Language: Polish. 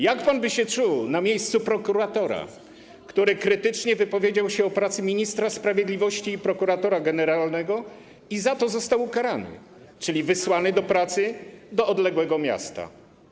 Jak pan by się czuł na miejscu prokuratora, który krytycznie wypowiedział się o pracy ministra sprawiedliwości i prokuratora generalnego i za to został ukarany, czyli wysłany do pracy do odległego miasta?